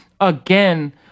again